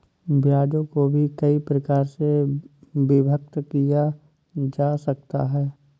ब्याजों को भी कई प्रकार से विभक्त किया जा सकता है